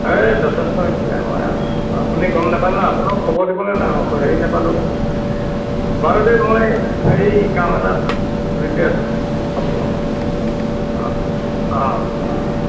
অঁ এই যথেষ্ট হৈছিলে আমাৰ ইয়াত আপুনি গ'ম নাপালে ন আপোনাকো খবৰ দিবলৈ ন এই হেৰি নাপালোঁ আকৌ বাৰু দেই মই হেৰি কাম এটাত বিজি আছো হ'ব বাৰু অঁ অঁ